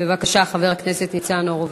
בבקשה, חבר הכנסת ניצן הורוביץ.